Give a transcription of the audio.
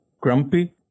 grumpy